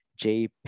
JPEG